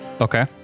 okay